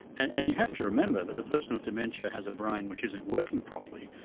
and and you have to remember that the person with dementia has a brain which isn't working properly,